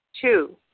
Two